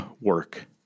work